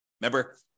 Remember